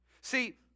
See